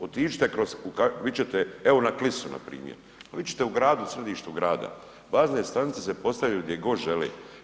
Otiđite kroz, vidit ćete, evo na Klisu npr., vidit ćete u gradu, u središtu grada, bazne stanice se postavljaju gdje god žele.